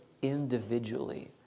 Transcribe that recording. individually